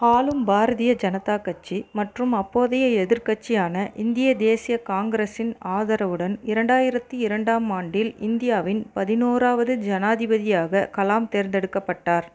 ஆளும் பாரதிய ஜனதா கட்சி மற்றும் அப்போதைய எதிர்க்கட்சியான இந்திய தேசிய காங்கிரசின் ஆதரவுடன் இரண்டாயிரத்து இரண்டு ஆம் ஆண்டில் இந்தியாவின் பதினோராவது ஜனாதிபதியாக கலாம் தேர்ந்தெடுக்கப்பட்டார்